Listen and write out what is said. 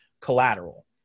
collateral